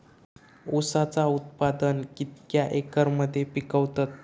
ऊसाचा उत्पादन कितक्या एकर मध्ये पिकवतत?